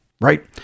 right